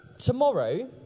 tomorrow